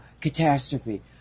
catastrophe